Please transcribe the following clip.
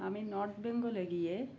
আমি নর্থ বেঙ্গলে গিয়ে